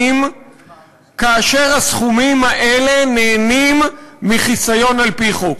כאשר הסכומים האלה נהנים מחיסיון על-פי חוק.